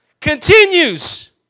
Continues